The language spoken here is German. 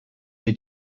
wir